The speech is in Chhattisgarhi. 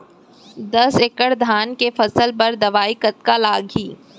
दस एकड़ धान के फसल बर दवई कतका लागही?